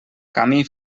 camí